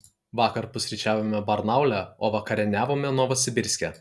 vakar pusryčiavome barnaule o vakarieniavome novosibirske